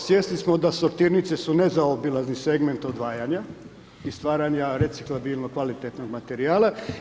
Svjesni smo da sortirnice su nezaobilazni segment odvajanja i stvaranja reciklabilnog kvalitetnog materijala.